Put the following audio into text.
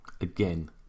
again